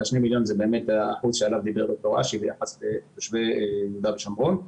אבל 2 מיליון זה מה שדיבר עליו ד"ר אשי ביחס לתושבי יהודה ושומרון.